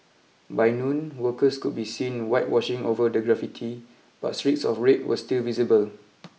by noon workers could be seen whitewashing over the graffiti but streaks of red were still visible